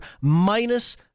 minus